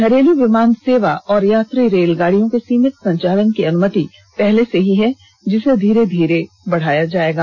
घरेलू विमान सेवा और यात्री रेलगाड़ियों के सीमित संचालन की अनुमति पहले से ही है जिसे धीरे धीरे बढ़ाया जाएगा